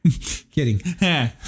Kidding